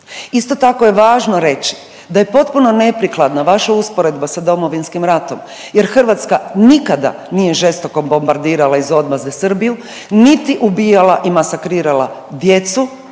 Isto tako je važno reći da je potpuno neprikladna vaša usporedba sa Domovinskim ratom jer Hrvatska nikada nije žestoko bombardirala iz odmazde Srbiju niti ubijala i masakrirala djecu,